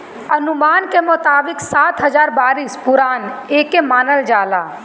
अनुमान के मुताबिक सात हजार बरिस पुरान एके मानल जाला